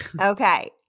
Okay